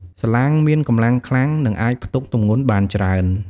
សាឡាងមានកម្លាំងខ្លាំង និងអាចផ្ទុកទម្ងន់បានច្រើន។